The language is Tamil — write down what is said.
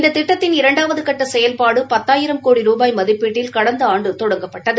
இந்த திட்டத்தின் இரண்டாவது கட்ட செயல்பாடு பத்தாயிரம் கோடி ரூபாய் மதிப்பீட்டில் கடந்த ஆண்டு தொடங்கப்பட்டது